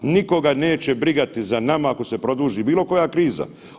Nikoga neće brigati za nama ako se produži bilo koja kriza.